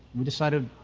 we decided,